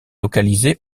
localisée